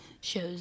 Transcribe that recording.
shows